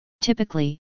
Typically